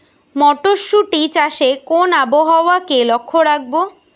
মটরশুটি চাষে কোন আবহাওয়াকে লক্ষ্য রাখবো?